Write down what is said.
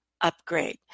Upgrade